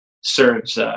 serves